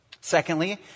Secondly